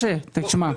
בשאלה כזאת.